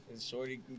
shorty